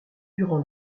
durant